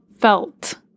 felt